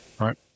right